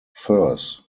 furs